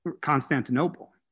Constantinople